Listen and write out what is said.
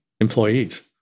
employees